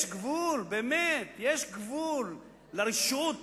יש גבול, באמת, יש גבול לרשעות